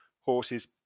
horses